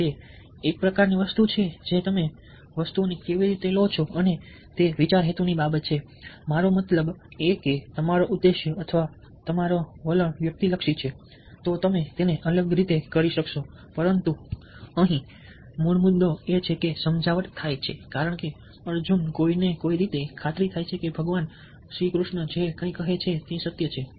તે એક પ્રકાર ની વસ્તુ છે જે તમે વસ્તુઓને કેવી રીતે લો છો તે વિચાર હેતુ ની બાબત છે મારો મતલબ એ કે તમારો ઉદ્દેશ્ય અથવા તમારો વ્યક્તિલક્ષી વલણ છે તો તમે તેને અલગ રીતે કરી શકશો પરંતુ અહીં મૂળભૂત મુદ્દો એ છે કે સમજાવટ થાય છે કારણ કે અર્જુન કોઈને કોઈ રીતે ખાતરી થાય છે કે ભગવાન કૃષ્ણ જે કંઈ કહે છે તે સત્ય છે